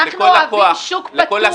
אנחנו אוהבים שוק פתוח.